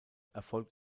erfolgt